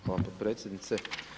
Hvala potpredsjednice.